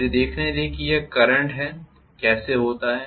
मुझे देखने दें कि यह करंट कैसे होता है